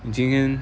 你今天